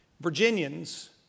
Virginians